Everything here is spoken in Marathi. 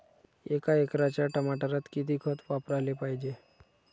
एका एकराच्या टमाटरात किती खत वापराले पायजे?